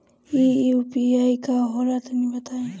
इ यू.पी.आई का होला तनि बताईं?